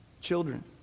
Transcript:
Children